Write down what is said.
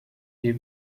des